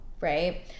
right